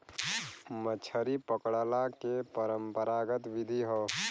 मछरी पकड़ला के परंपरागत विधि हौ